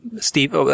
Steve